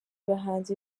bahanzi